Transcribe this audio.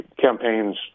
campaigns